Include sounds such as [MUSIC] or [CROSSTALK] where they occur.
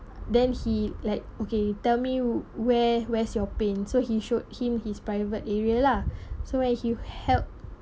then he like okay tell me where where's your pain so he showed him his private area lah [BREATH] so when he held